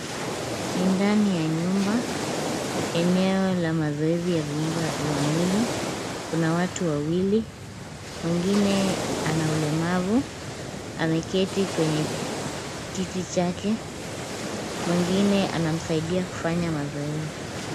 Ni ndani ya nyumba eneo la mazoezi ya viungo vya mwili. Kuna watu wawili, mwingine ana ulemavu, ameketi kwenye kiti chake. Mwingine anamsaidia kufanya mazoezi.